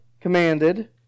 commanded